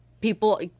People